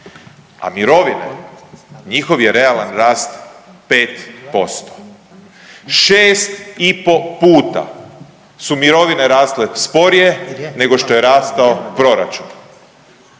a mirovine njihov je realan rast 5%. Šest i po puta su mirovine rasle sporije nego što je rastao proračun,